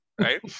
right